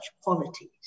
qualities